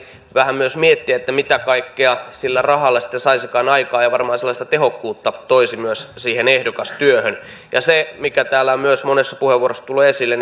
vähän myös miettiä mitä kaikkea sillä rahalla sitten saisikaan aikaan ja varmaan sellaista tehokkuutta se toisi myös siihen ehdokastyöhön ja mikä täällä on myös monessa puheenvuorossa tullut esille